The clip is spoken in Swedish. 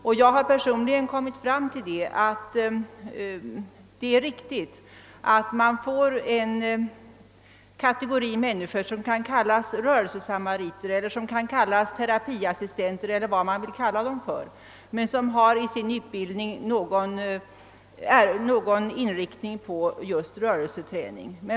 Personligen har jag kommit fram till att det är riktigt att man får fram en kategori befattningshavare som må kallas rörelsesamariter eller terapiassistenter eller dylikt men som har sin inriktning just på rörelseträning.